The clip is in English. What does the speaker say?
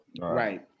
right